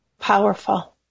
powerful